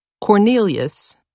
Cornelius